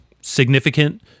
significant